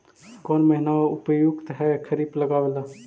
कौन महीना उपयुकत है खरिफ लगावे ला?